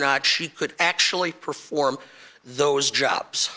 not she could actually perform those jobs